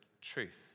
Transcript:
truth